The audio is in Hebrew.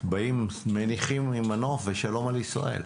באים מניחים עם מנוף ושלום על ישראל.